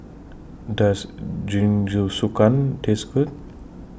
Does Jingisukan Taste Good